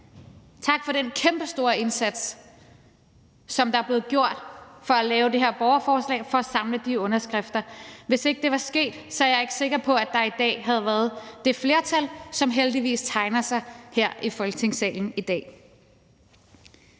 Tak for den kæmpestore indsats, som der er blevet gjort for at lave det her borgerforslag, for at samle de underskrifter. Hvis ikke det var sket, er jeg ikke sikker på, at der i dag havde været det flertal, som heldigvis tegner sig her i Folketingssalen i dag.